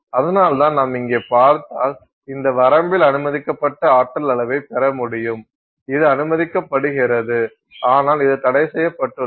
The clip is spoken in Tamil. அதனால்தான் நாம் இங்கே பார்த்தால் இந்த வரம்பில் அனுமதிக்கப்பட்ட ஆற்றல் அளவைப் பெறமுடியும் இது அனுமதிக்கப்படுகிறது ஆனால் இது தடைசெய்யப்பட்டுள்ளது